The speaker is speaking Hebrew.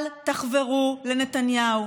אל תחברו לנתניהו.